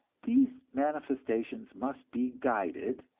these manifestations must be guided,